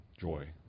joy